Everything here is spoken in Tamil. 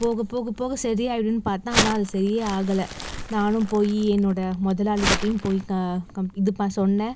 போகப்போக போக சரி ஆயிடுன்னு பாத்தே ஆனால் அது சரி ஆகலை நானும் போய் என்னோட முதலாளிகிட்டியும் போய் நான் சொன்னே